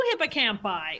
hippocampi